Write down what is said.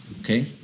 Okay